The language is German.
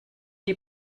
die